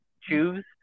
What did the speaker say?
choose